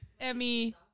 Emmy